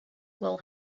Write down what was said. will